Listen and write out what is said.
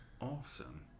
Awesome